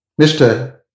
Mr